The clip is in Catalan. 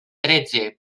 tretze